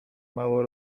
mało